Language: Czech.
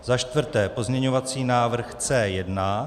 Za čtvrté pozměňovací návrh C1.